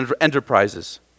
Enterprises